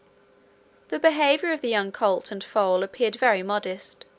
the behaviour of the young colt and foal appeared very modest,